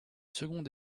seconde